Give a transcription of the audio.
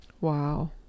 Wow